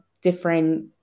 different